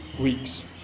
weeks